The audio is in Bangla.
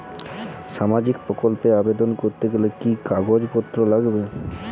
সামাজিক প্রকল্প এ আবেদন করতে গেলে কি কাগজ পত্র লাগবে?